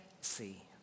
see